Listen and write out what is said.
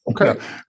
Okay